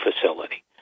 facility